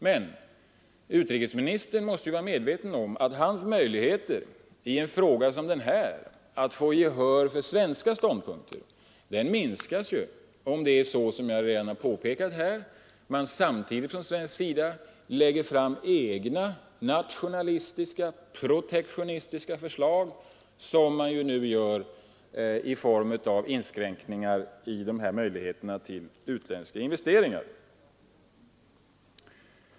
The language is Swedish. Men utrikesministern måste ju vara medveten om att hans möjligheter att i en fråga som denna få gehör för svenska ståndpunkter minskas om det är så, som jag här påpekat, att man samtidigt från svensk sida lägger fram egna nationalistiska och protektionistiska förslag som man nu gör vad det gäller utländska investeringar.